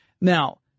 Now